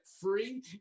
free